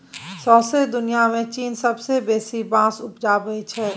सौंसे दुनियाँ मे चीन सबसँ बेसी बाँस उपजाबै छै